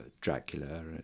Dracula